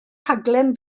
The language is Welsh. rhaglen